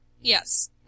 Yes